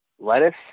Lettuce